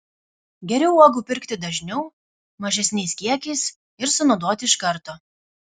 geriau uogų pirkti dažniau mažesniais kiekiais ir sunaudoti iš karto